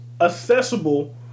accessible